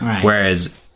Whereas